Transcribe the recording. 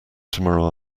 tomorrow